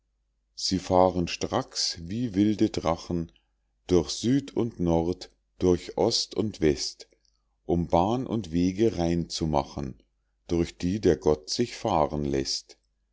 sie fahren stracks wie wilde drachen durch süd und nord durch ost und west um bahn und wege rein zu machen durch die der gott sich fahren läßt